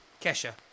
Kesha